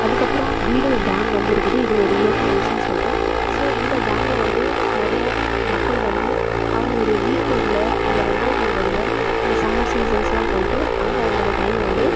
அதுக்கப்புறம் வீடூர் டம் வந்து இருக்குது இது ஒரு இயற்கை அம்சம்னு சொல்கிறோம் ஸோ இந்த டமில் வந்து நிறையா மக்கள் வந்து அவங்களுடைய வீகென்ட்லயோ இல்லை அவங்களுடைய இந்த சம்மர் சீசன்ஸ்லா போயிட்டு அங்கே அவங்க டைம் வந்து